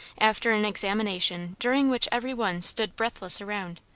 after an examination during which every one stood breathless around.